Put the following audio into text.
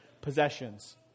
possessions